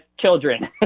children